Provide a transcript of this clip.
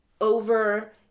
over